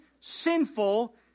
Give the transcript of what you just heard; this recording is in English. sinful